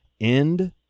end